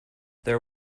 there